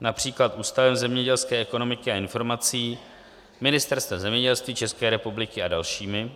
například Ústavem zemědělské ekonomiky a informací, Ministerstvem zemědělství České republiky a dalšími.